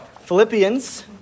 Philippians